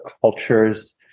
cultures